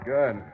Good